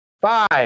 five